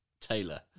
taylor